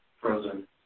frozen